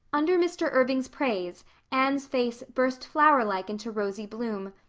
under mr. irving's praise anne's face burst flower like into rosy bloom,